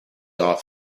off